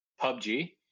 PUBG